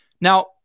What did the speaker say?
Now